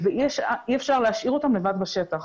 ואי-אפשר להשאיר אותן לבד בשטח.